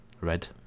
red